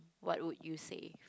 what would you save